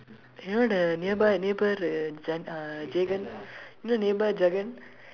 you know the nearby neighbour uh Jan uh Jegan you know neighbour Jagan